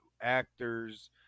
Actors